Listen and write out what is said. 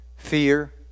fear